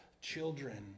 children